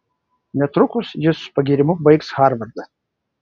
netrukus jis su pagyrimu baigs harvardą